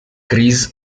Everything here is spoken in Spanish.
chris